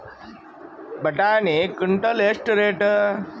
ಬಟಾಣಿ ಕುಂಟಲ ಎಷ್ಟು ರೇಟ್?